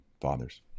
fathers